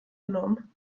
genommen